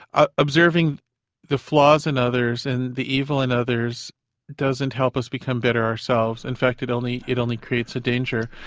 ah observing the flaws in and others and the evil in others doesn't help us become better ourselves, in fact it only it only creates a danger.